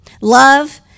Love